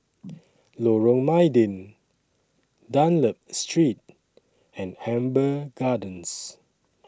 Lorong Mydin Dunlop Street and Amber Gardens